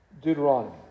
Deuteronomy